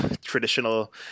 traditional